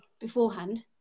beforehand